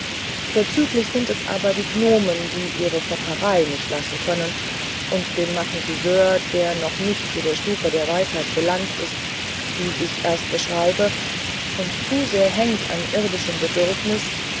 vorzüglich sind es aber die gnomen die ihre fopperei nicht lassen können und dem magnetiseur der noch nicht zu der stufe der weisheit gelangt ist die ich erst beschrieben und zu sehr hängt an irdischem